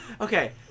Okay